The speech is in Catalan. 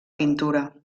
pintura